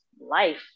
life